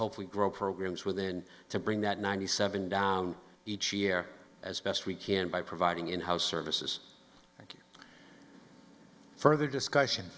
hopefully grow programs within to bring that ninety seven down each year as best we can by providing in house services further discussion